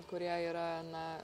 kurie yra na